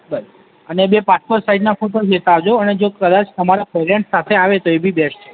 બસ અને બે પાસપોર્ટ સાઈઝના ફોટોઝ લેતા આવજો અને જો કદાચ તમારા પેરેન્ટ્સ સાથે આવે તો એ બી બેસ્ટ છે